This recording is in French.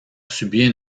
subit